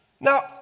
Now